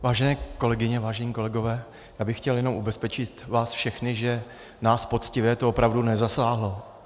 Vážené kolegyně, vážení kolegové, já bych chtěl jenom ubezpečit vás všechny, že nás poctivé to opravdu nezasáhlo.